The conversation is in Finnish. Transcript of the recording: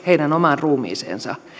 omaan ruumiiseensa